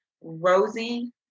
Rosie